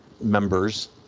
members